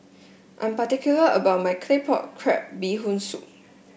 I am particular about my Claypot Crab Bee Hoon Soup